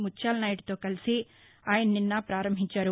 ముత్యాలనాయుడుతో కలసి ఆయన నిన్న పారంభించారు